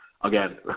again